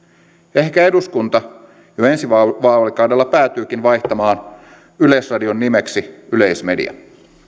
ehkä eduskunta jo ensi vaalikaudella päätyykin vaihtamaan yleisradion nimeksi yleismedia